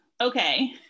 okay